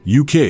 uk